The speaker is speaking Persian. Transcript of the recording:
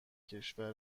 کشور